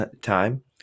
time